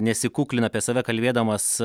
nesikuklina apie save kalbėdamas